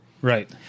right